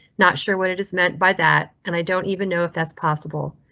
not sure what it is meant by that, and i don't even know if that's possible.